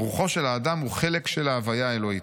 "רוחו של האדם הוא חלק של ה'הוויה האלוהית'.